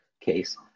case